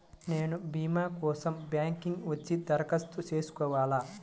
నేను భీమా కోసం బ్యాంక్కి వచ్చి దరఖాస్తు చేసుకోవాలా?